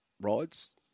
rides